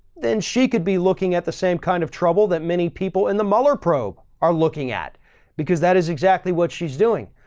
then she could be looking at the same kind of trouble that many people in the mueller probe are looking at because that is exactly what she's doing.